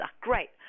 Great